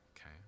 Okay